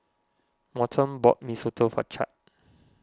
Morton bought Mee Soto for Chadd